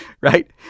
Right